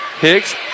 Higgs